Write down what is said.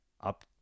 up